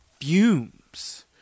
fumes